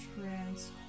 trans